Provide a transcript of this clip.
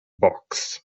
box